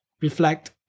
reflect